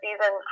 season